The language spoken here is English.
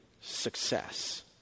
success